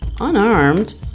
unarmed